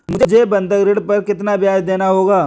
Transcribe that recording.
मुझे बंधक ऋण पर कितना ब्याज़ देना होगा?